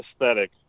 aesthetic